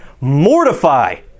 mortify